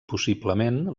possiblement